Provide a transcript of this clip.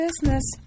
business